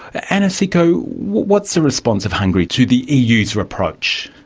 anna siko, what's the response of hungary to the eu's ah approach?